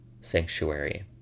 Sanctuary